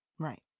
Right